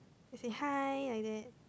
and say hi like that